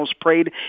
prayed